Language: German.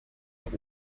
der